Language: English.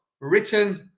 written